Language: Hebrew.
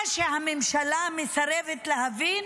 מה שהממשלה מסרבת להבין